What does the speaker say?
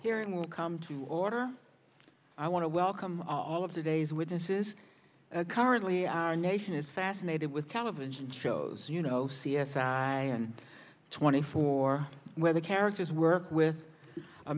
and will come to order i want to welcome all of the day's witnesses currently our nation is fascinated with television shows you know c s i and twenty four where the characters work with a